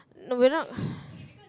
no we're not